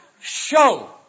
show